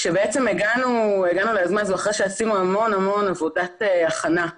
כשהגענו ליוזמה הזאת אחרי שעשינו המון המון עבודת הכנה,